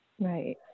right